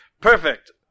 Perfect